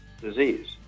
disease